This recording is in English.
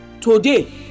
Today